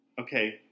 Okay